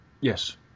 Yes